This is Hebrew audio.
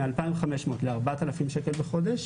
מ-2,500 ל-4,000 שקל בחודש.